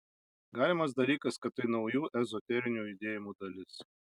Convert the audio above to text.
galimas dalykas kad tai naujų ezoterinių judėjimų dalis